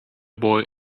boy